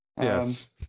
Yes